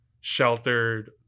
sheltered